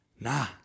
nah